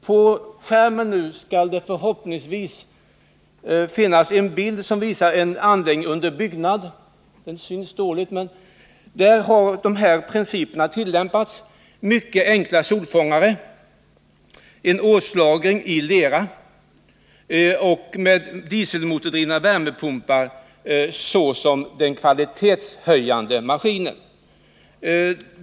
På TV-skärmen skall det förhoppningsvis finnas en bild som visar en anläggning under byggnad. Där har man tillämpat mycket enkla solfångare, en årslagring i lera och dieselmotordrivna värmepumpar såsom den kvalitetshöjande maskinen.